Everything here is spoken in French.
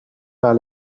par